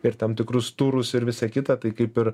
per tam tikrus turus ir visa kita tai kaip ir